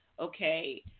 okay